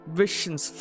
visions